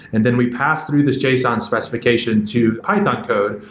and then we pass through this json specification to python code,